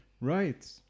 Right